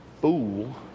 fool